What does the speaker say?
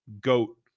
goat